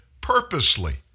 purposely